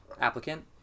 applicant